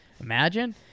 Imagine